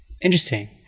Interesting